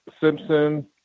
Simpson